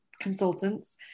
consultants